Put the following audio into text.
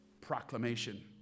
proclamation